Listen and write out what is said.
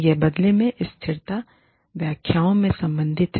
यह बदले में स्थिरता व्याख्याओं से संबंधित है